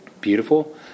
beautiful